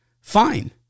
Fine